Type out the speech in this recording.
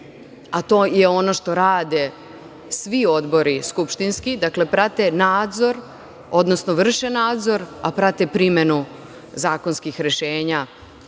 a to je ono što rade svi odbori skupštinski, dakle, vrše nadzor, a prate primenu zakonskih rešenja